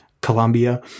Colombia